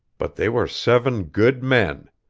but they were seven good men.